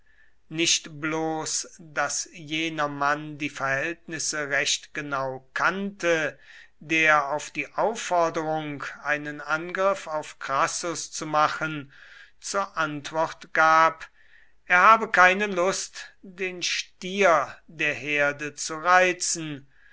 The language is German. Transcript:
nicht bloß daß jener mann die verhältnisse recht genau kannte der auf die aufforderung einen angriff auf crassus zu machen zur antwort gab er habe keine lust den stier der herde zu reizen